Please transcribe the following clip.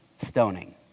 stoning